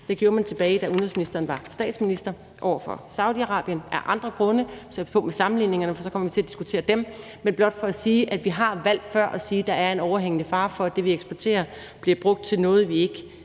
Det gjorde man tilbage, da udenrigsministeren var statsminister, over for Saudi-Arabien af andre grunde. Nu skal jeg passe på med sammenligningerne, for så kommer vi til at diskutere dem, men det er blot for at sige, at vi før har valgt at sige, at der er en overhængende fare for, at det, vi eksporterer, bliver brugt til noget, vi ikke vil